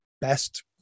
best